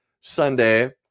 Sunday